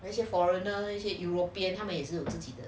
那些 foreigner european 他们也是有自己的